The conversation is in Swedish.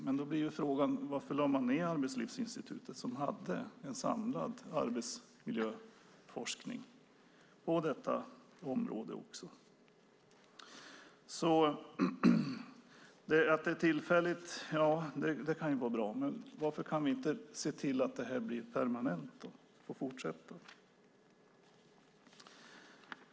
Men då blir frågan: Varför lade man ned Arbetslivsinstitutet som hade en samlad arbetsmiljöforskning också på detta område? Den tillfälliga satsningen kan ju vara bra, men varför kan vi inte se till att den blir permanent och får fortsätta?